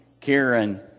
Karen